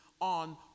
on